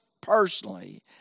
personally